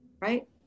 Right